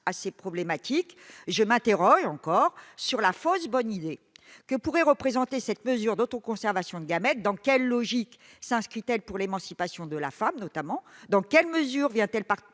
à ces problématiques, je m'interroge sur la fausse bonne idée que pourrait représenter cette mesure d'autoconservation de gamètes. Dans quelle logique s'inscrit-elle au regard de l'émancipation des femmes ? Dans quelle mesure pallie-t-elle